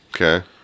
Okay